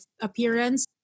appearance